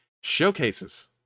showcases